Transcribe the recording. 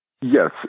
Yes